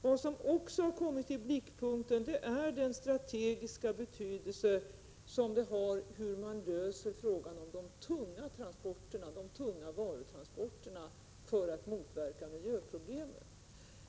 Vad som också kommit i blickpunkten är den strategiska betydelse det har hur man löser frågan om de tunga varutransporterna, för att motverka miljöproblemen.